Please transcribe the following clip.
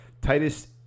Titus